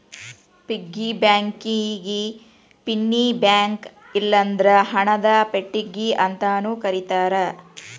piggy ಬ್ಯಾಂಕಿಗಿ ಪಿನ್ನಿ bank ಇಲ್ಲಂದ್ರ ಹಣದ ಪೆಟ್ಟಿಗಿ ಅಂತಾನೂ ಕರೇತಾರ